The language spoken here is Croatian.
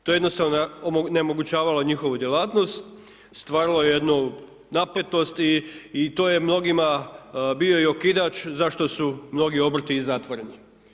To je jednostavno onemogućavalo njihovu djelatnost, stvaralo je jednu napetost i to je mnogima bio i okidač zašto su mnogi obrti i zatvoreni.